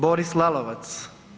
Boris Lalovac.